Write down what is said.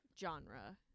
genre